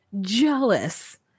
jealous